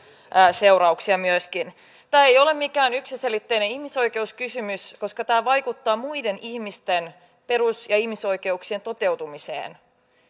seurauksia tämä ei ole mikään yksiselitteinen ihmisoikeuskysymys koska tämä vaikuttaa muiden ihmisten perus ja ihmisoikeuksien toteutumiseen